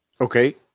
Okay